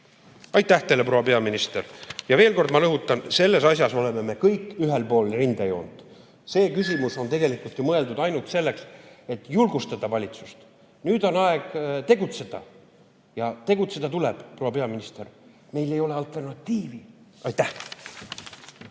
Aitäh teile, proua peaminister! Ja veel kord ma rõhutan: selles asjas oleme me kõik ühel pool rindejoont. See küsimus on tegelikult ju mõeldud ainult selleks, et julgustada valitsust. Nüüd on aeg tegutseda. Tegutseda tuleb, proua peaminister! Meil ei ole alternatiivi. Aitäh!